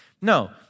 No